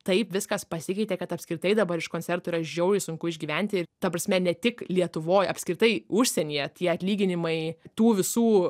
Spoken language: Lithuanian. taip viskas pasikeitė kad apskritai dabar iš koncertų yra žiauriai sunku išgyventi ir ta prasme ne tik lietuvoj apskritai užsienyje tie atlyginimai tų visų